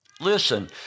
Listen